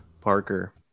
Parker